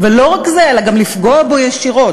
לא רק זה, אלא גם לפגוע בו ישירות.